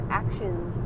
actions